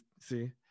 see